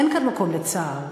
אין כאן מקום לצער,